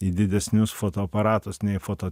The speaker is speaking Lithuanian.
į didesnius fotoaparatus nei foto